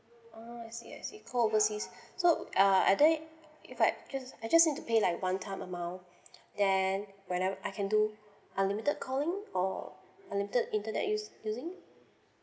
ah I see I see call overseas so uh are there if I cause I just need to pay like one time amount then whene~ I can do unlimited calling or unlimited internet use using